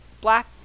black